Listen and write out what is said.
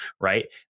right